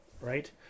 right